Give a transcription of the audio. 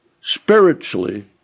spiritually